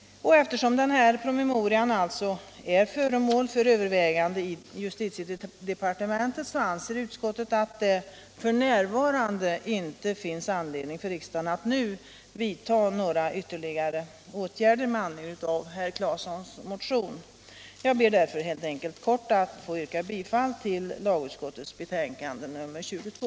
Eftersom promemorian är föremål för övervägande i justitiedepartementet, anser utskottet att det f. n. inte finns anledning för riksdagen att vidta några ytterligare åtgärder med anledning av herr Claesons motion. Jag ber därför att få yrka bifall till lagutskottets hemställan i betänkandet nr 22.